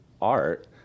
art